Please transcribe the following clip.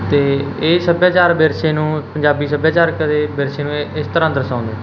ਅਤੇ ਇਹ ਸੱਭਿਆਚਾਰ ਵਿਰਸੇ ਨੂੰ ਪੰਜਾਬੀ ਸੱਭਿਆਚਾਰਕ ਦੇ ਵਿਰਸੇ ਨੂੰ ਇਹ ਇਸ ਤਰ੍ਹਾਂ ਦਰਸਾਉਂਦੇ